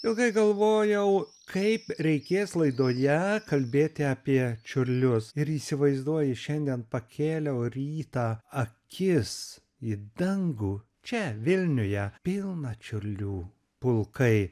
ilgai galvojau kaip reikės laidoje kalbėti apie čiurlius ir įsivaizduoji šiandien pakėliau rytą akis į dangų čia vilniuje pilna čiurlių pulkai